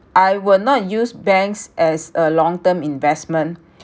I will not use banks as a long term investment